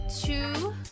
two